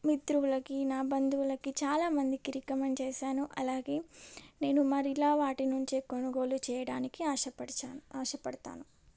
మిత్రులకి నా బంధువులకి చాలామందికి రికమెండ్ చేసాను అలాగే నేను మరలా వాటి నుంచి కొనుగోలు చేయడానికి ఆశపడుచు ఆశపడతాను